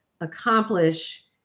accomplish